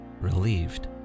relieved